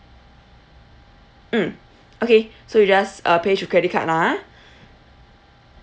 mm okay so you just uh pay through credit card lah ah